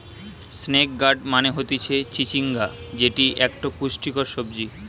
snake gourd মানে হতিছে চিচিঙ্গা যেটি একটো পুষ্টিকর সবজি